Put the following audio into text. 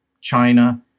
China